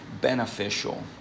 beneficial